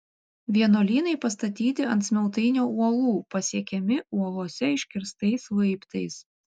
vienuolynai pastatyti ant smiltainio uolų pasiekiami uolose iškirstais laiptais